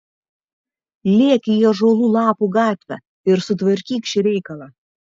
lėk į ąžuolų lapų gatvę ir sutvarkyk šį reikalą